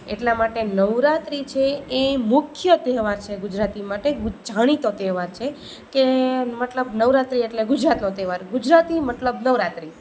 એટલા માટે નવરાત્રિ છે એ મુખ્ય તહેવાર છે ગુજરાતી માટે જાણીતો તહેવાર છે કે મતલબ નવરાત્રિ એટલે ગુજરાતનો તહેવાર ગુજરાતી મતલબ નવરાત્રિ